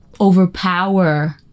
overpower